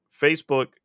Facebook